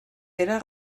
era